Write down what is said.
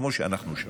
כמו שאנחנו שואלים.